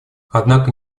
однако